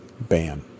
ban